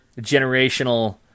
generational